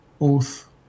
oath